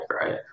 right